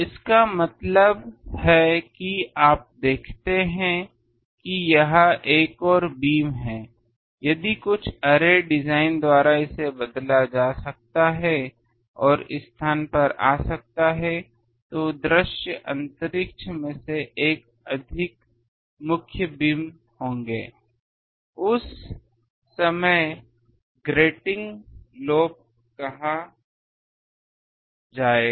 इसका मतलब है कि आप देखते हैं कि यह एक और बीम है यदि कुछ अरे डिज़ाइन द्वारा इसे बदला जा सकता है और इस स्थान पर आ सकता है तो दृश्य अंतरिक्ष में एक से अधिक मुख्य बीम होंगे उस समय उसे ग्रेटिंग लोब कहा जाएगा